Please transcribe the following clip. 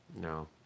No